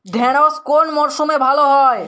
ঢেঁড়শ কোন মরশুমে ভালো হয়?